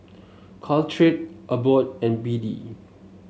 Caltrate Abbott and B D